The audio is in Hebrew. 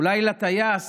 אולי לטייס